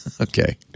Okay